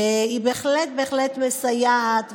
בהחלט בהחלט מסייעת.